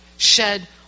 shed